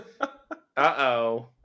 uh-oh